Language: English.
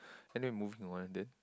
any moving on and then